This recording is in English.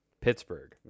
Pittsburgh